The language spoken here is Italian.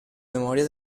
memoria